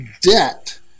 debt